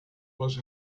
was